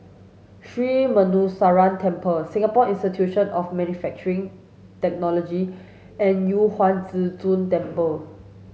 Sri Muneeswaran Temple Singapore Institute of Manufacturing Technology and Yu Huang Zhi Zun Temple